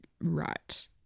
right